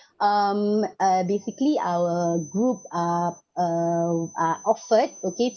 um uh basically our group are uh are offered okay